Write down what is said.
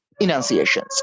enunciations